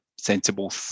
sensible